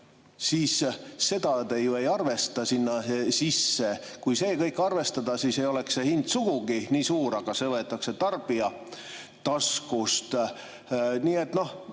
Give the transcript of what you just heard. Seda te ju ei arvesta sinna sisse. Kui see kõik arvestada, siis ei oleks see hind sugugi nii suur, aga see võetakse tarbija taskust.